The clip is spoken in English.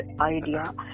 idea